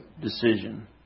decision